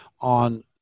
on